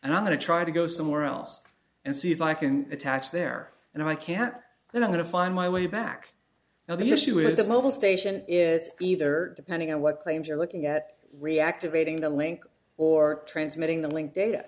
and i'm going to try to go somewhere else and see if i can attach there and i can't and i'm going to find my way back now the issue is that mobil station is either depending on what claims you're looking at reactivating the link or transmitting the link da